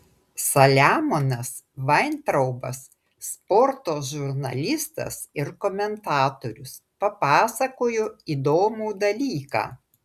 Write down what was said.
saliamonas vaintraubas sporto žurnalistas ir komentatorius papasakojo įdomų dalyką